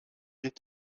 est